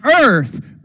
earth